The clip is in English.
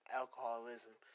alcoholism